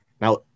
Now